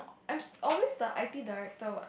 I'm always the i_t director what